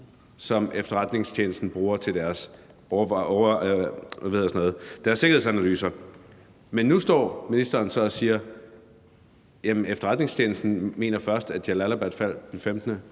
som efterretningstjenesten bruger til deres sikkerhedsanalyser. Men nu står ministeren så og siger, at efterretningstjenesten først mener, at Jalalabad